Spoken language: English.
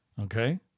Okay